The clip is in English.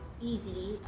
easily